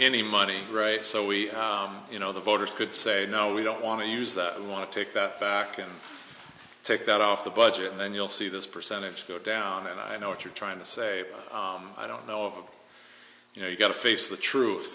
any money right so we you know the voters could say no we don't want to use that we want to take that off the budget and then you'll see this percentage go down and i know what you're trying to say i don't know of you know you've got to face the truth